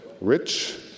rich